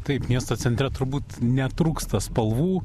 taip miesto centre turbūt netrūksta spalvų